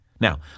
Now